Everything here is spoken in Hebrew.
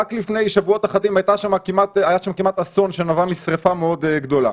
רק לפני שבועות אחדים היה שם כמעט אסון שנבע משרפה מאוד גדולה.